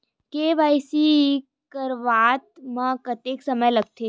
KYC करवात म कतका समय लगथे?